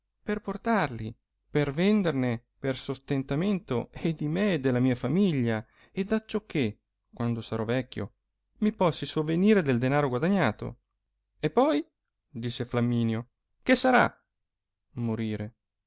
per portarli per venderne per sostentamento e di me e della mia famiglia ed acciò che quando sarò vecchio mi possi sovvenire del danaro guadagnato e poi disse fiamminio che sarà ì morire